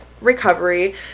recovery